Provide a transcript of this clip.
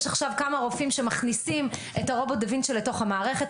יש עכשיו כמה רופאים שמכניסים את רובוט דה וינצ'י לתוך המערכת.